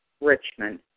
Richmond